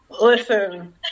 Listen